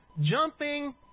jumping